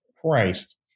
Christ